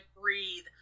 breathe